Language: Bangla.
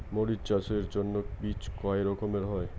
মরিচ চাষের জন্য বীজ কয় রকমের হয়?